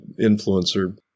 influencer